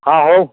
ହଁ ହଉ